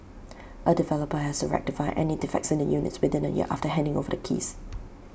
A developer has to rectify any defects in the units within A year after handing over the keys